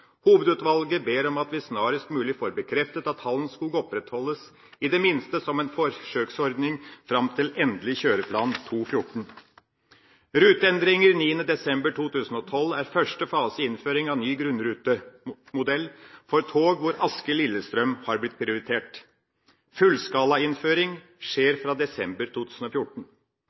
ber om at vi snarest mulig får bekreftet at Hallenskog opprettholdes, i det minste som en forsøksordning fram til endelig kjøreplan 2014.» Ruteendringer 9. desember 2012 er første fase i innføring av ny grunnrutemodell for tog, hvor Asker–Lillestrøm har blitt prioritert. Fullskalainnføring skjer fra desember 2014.